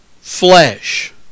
flesh